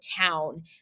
town